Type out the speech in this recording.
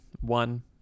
One